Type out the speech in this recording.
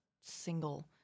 single